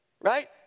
right